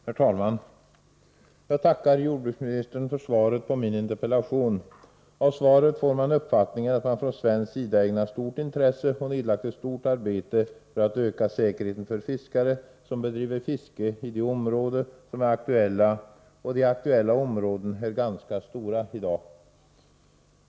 Herr talman! Jag tackar jordbruksministern för svaret på min interpellation. Av svaret får man uppfattningen att det från svensk sida ägnats stort intresse och nedlagts ett stort arbete för att öka säkerheten för fiskare som bedriver fiske i de områden som är aktuella — och de aktuella områdena är ganska stora i dag.